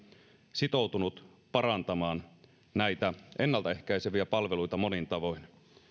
sitoutunut parantamaan näitä ennaltaehkäiseviä palveluita monin tavoin